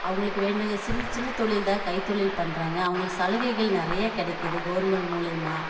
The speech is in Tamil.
அவங்களுக்கு வேணுனது சின் சின்ன தொழில் தான் கைத்தொழில் பண்ணுறாங்க அவங்களுக்கு சலுகைகள் நிறைய கி டைக்கிது கவுர்மெண்ட் மூலிமா